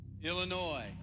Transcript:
Illinois